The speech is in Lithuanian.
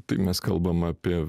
tai mes kalbam apie